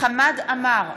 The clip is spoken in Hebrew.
חמד עמאר,